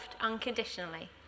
unconditionally